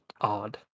odd